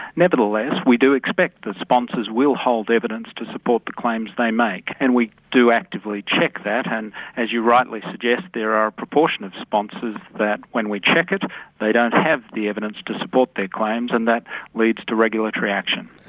nevertheless we do expect the sponsors will hold the evidence to support the claims they make and we do actively check that and as you rightly suggest there are a proportion of sponsors that when we check it they don't have the evidence to support their claims and that leads to regulatory action.